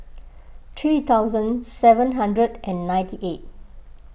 three thousand seven hundred and ninety eight